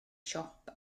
siop